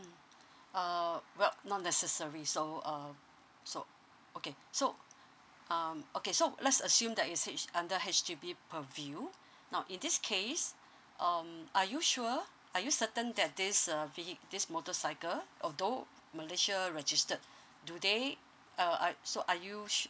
mm uh well not necessary so um so okay so um okay so let's assume that is H under H_D_B per view now in this case um are you sure are you certain this uh vehi~ this motorcycle although malaysia registered do they uh uh so are you sure